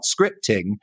scripting